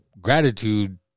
gratitude